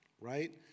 right